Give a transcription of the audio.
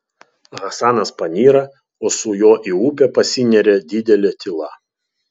hasanas panyra o su juo į upę pasineria didelė tyla